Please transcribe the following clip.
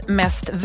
mest